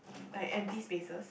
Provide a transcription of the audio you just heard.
like empty spaces